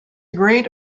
great